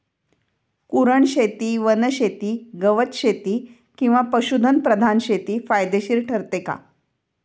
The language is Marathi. कुरणशेती, वनशेती, गवतशेती किंवा पशुधन प्रधान शेती फायदेशीर ठरते का?